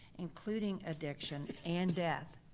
including addiction and death.